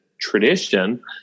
tradition